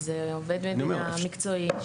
וזה עובד מדינה מקצועי.